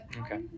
Okay